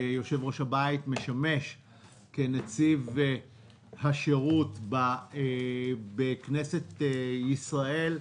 יושב-ראש הבית משמש כנציב השירות בכנסת ישראל.